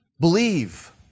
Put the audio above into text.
Believe